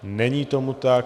Není tomu tak.